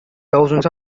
thousands